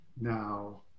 Now